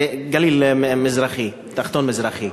זה בגליל התחתון המזרחי.